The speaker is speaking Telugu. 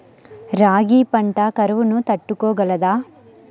రాగి పంట కరువును తట్టుకోగలదా?